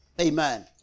Amen